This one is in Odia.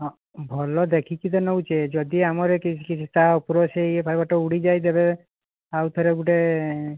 ହଁ ଭଲ ଦେଖିକି ଯେ ନେଉଛେ ଯଦି ଆମର କିଛି କିଛି ତା ଉପରେ ସେ ଫାଇବର୍ଟା ଉଡ଼ିଯାଏ ଦେବେ ଆଉ ଥରେ ଗୋଟିଏ